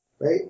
Right